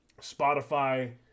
Spotify